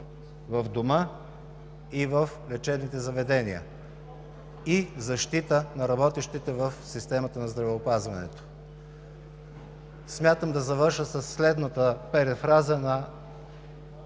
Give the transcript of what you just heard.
в дома и в лечебните заведения и защита на работещите в системата на здравеопазването. Смятам да завърша със следната перифраза на